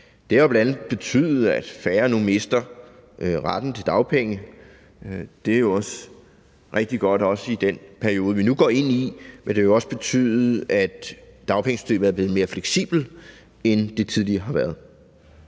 Det har bl.a. betydet, at færre nu mister retten til dagpenge. Det er jo rigtig godt, også i den periode, vi nu går ind i, men det har også betydet, at dagpengesystemet er blevet mere fleksibelt, end det tidligere har været.